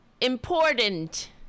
Important